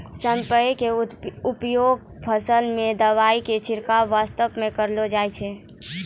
sprayer के उपयोग फसल मॅ दवाई के छिड़काब वास्तॅ करलो जाय छै